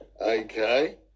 Okay